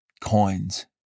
coins